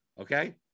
okay